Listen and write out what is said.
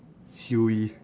siew-yee